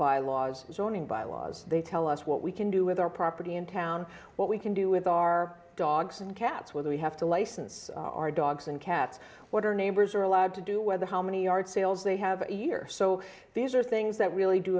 bylaws zoning bylaws they tell us what we can do with our property in town what we can do with our dogs and cats whether we have to license our dogs and cats what are neighbors are allowed to do whether how many yard sales they have a year so these are things that really do